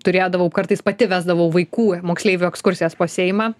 turėdavau kartais pati vesdavau vaikų moksleivių ekskursijas po seimą